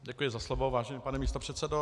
Děkuji za slovo, vážený pane místopředsedo.